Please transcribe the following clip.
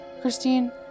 Christine